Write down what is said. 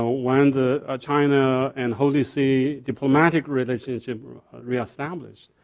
ah when the ah china and holy see diplomatic relationship reestablished.